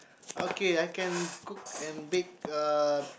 okay I can cook and bake uh